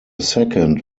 second